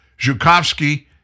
Zhukovsky